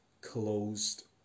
closed